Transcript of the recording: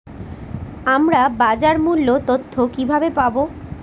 আমরা বাজার মূল্য তথ্য কিবাবে পাবো?